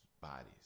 bodies